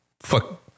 fuck